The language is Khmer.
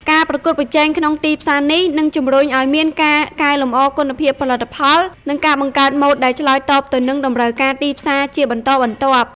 ការប្រកួតប្រជែងក្នុងទីផ្សារនេះ នឹងជម្រុញឲ្យមានការ កែលម្អគុណភាពផលិតផល និង ការបង្កើតម៉ូដដែលឆ្លើយតបទៅនឹងតម្រូវការទីផ្សារ ជាបន្តបន្ទាប់។